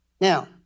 Now